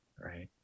Right